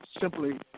simply